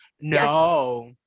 No